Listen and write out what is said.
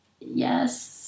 yes